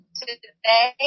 today